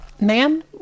ma'am